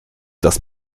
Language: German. das